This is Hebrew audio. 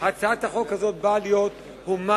הצעת החוק הזאת באה להיות הומנית,